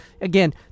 Again